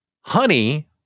honey